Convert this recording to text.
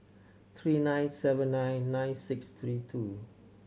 three nine seven nine nine six three two